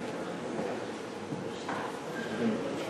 בבקשה,